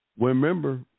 Remember